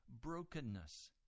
brokenness